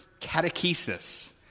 catechesis